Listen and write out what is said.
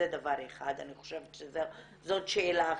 אני חושבת שזו שאלה חשובה.